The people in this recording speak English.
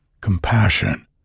compassion